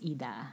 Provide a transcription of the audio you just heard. Ida